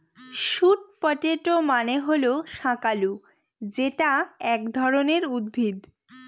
sweet potato মানে হল শাকালু যেটা এক ধরনের উদ্ভিদ